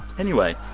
anyway,